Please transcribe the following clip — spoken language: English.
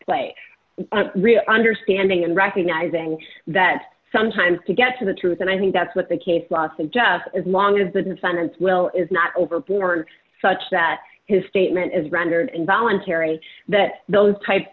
play really understanding and recognizing that sometimes to get to the truth and i think that's what the case loss of job as long as the defendants will is not overboard such that his statement is rendered involuntary that those types